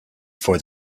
for